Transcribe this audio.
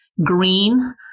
green